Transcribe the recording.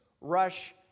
rush